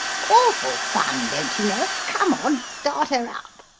awful fun, don't you know. come on start her up.